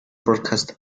broadcast